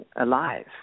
alive